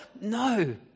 No